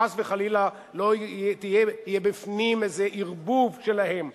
שחס וחלילה לא יהיה בפנים איזה ערבוב שלהם,